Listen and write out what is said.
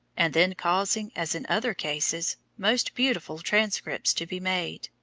and then causing, as in other cases, most beautiful transcripts to be made,